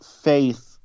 faith